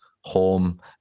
home